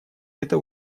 это